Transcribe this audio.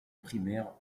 primaire